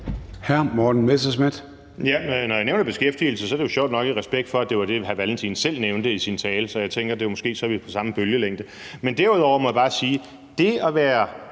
Morten Messerschmidt (DF): Når jeg nævner beskæftigelse, er det jo sjovt nok, i respekt for at det var det, hr. Carl Valentin selv nævnte i sin tale, så jeg tænkte, at vi måske var på samme bølgelængde. Men derudover må jeg bare sige, at det at være